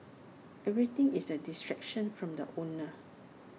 everything is A distraction from the owner